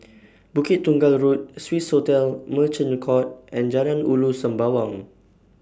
Bukit Tunggal Road Swissotel Merchant Court and Jalan Ulu Sembawang